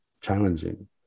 challenging